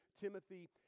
Timothy